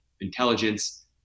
intelligence